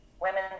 women